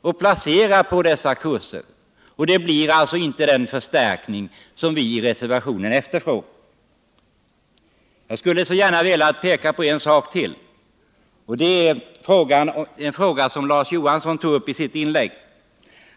och placera dem på dessa kurser. Det blir alltså inte den förstärkning som vi efterlyser i reservationen. Jag vill slutligen beröra en fråga som Larz Johansson tog upp i sitt inlägg.